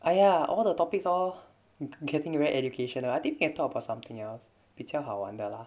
!aiya! all the topics all getting very educational ah I think can talk about something else 比较好玩的 lah